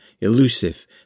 elusive